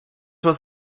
was